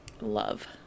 love